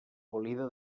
abolida